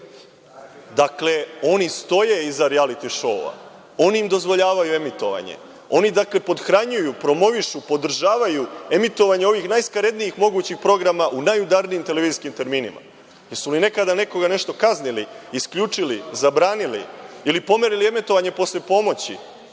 oni stoje iza rijaliti šouova. Oni im dozvoljavaju emitovanje, oni pothranjuju, promovišu, podržavaju emitovanje ovih najskaradnijih mogućih programa u najudarnijim televizijskim terminima. Jesu li nekada nekoga nešto kaznili, isključili, zabranili, ili pomerili emitovanje posle ponoći